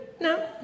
no